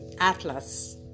atlas